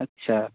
اچھا